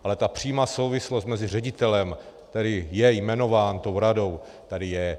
Ale přímá souvislost mezi ředitelem, který je jmenován radou, tady je.